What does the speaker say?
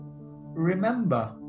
remember